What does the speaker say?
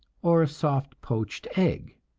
or a soft poached egg,